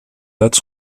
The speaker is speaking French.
dates